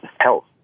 health